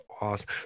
awesome